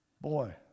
Boy